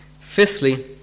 Fifthly